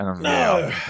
No